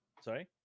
Sorry